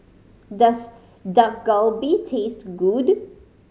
does Dak Galbi taste good